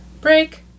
Break